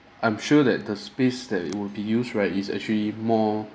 I'm sure that the space that it would be used right is actually more